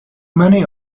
many